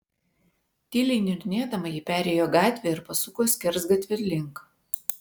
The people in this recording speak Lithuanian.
tyliai niurnėdama ji perėjo gatvę ir pasuko skersgatvio link